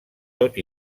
tot